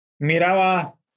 miraba